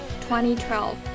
2012